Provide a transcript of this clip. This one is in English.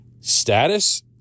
status